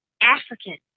African